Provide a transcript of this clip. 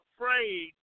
afraid